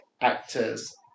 actors